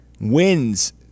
wins